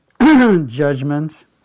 judgment